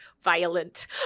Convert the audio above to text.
violent